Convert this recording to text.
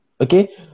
Okay